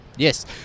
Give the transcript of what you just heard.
Yes